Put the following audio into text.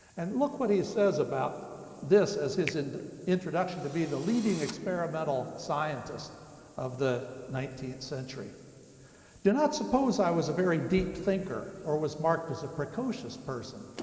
and look what he says about this, as his and introduction to be the leading experimental scientist of the nineteenth century do not suppose i was a very deep thinker or was marked as a precocious person.